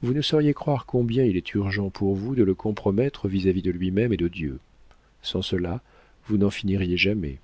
vous ne sauriez croire combien il est urgent pour vous de le compromettre vis-à-vis de lui-même et de dieu sans cela vous n'en finiriez jamais